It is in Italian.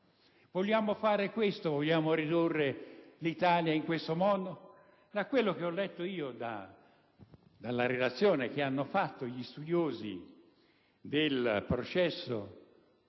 Vogliamo fare questo? Vogliamo ridurre l'Italia in questo stato? Da quello che ho letto, dalla relazione redatta dagli studiosi del processo